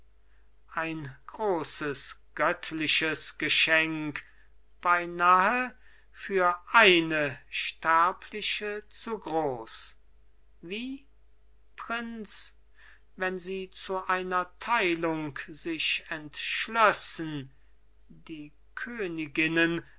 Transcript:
ein großes göttliches geschenk beinahe für eine sterbliche zu groß wie prinz wenn sie zu einer teilung sich entschlössen die königinnen